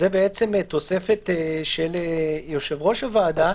זו תוספת של יושב-ראש הוועדה,